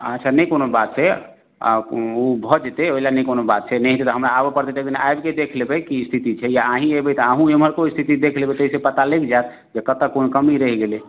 अहाँके नहि कोनो बात छै आ ओ भऽ जेतै ओहि लए नहि कोनो बात छै नहि होयतै तऽ हमरा आबऽ पड़तै तऽ एक दिना आबिके देखि लेबै की स्थिति छै या अहीँ एबै तऽ अहूँ एमहरको स्थिति देखि लेबै तहि से पता लगि जाएत जे कतऽ कोन कमी रहि गेलै